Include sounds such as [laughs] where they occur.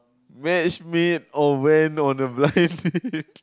match made or went on a blind date [laughs]